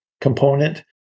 component